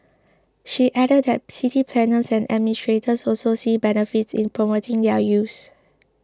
she added that city planners and administrators also see benefits in promoting their use